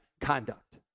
conduct